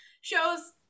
shows